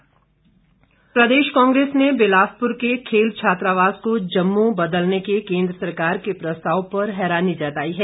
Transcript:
विरोध प्रदेश कांग्रेस ने बिलासपुर के खेल छात्रावास को जम्मू बदलने के केंद्र सरकार के प्रस्ताव पर हैरानी जताई है